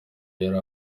yari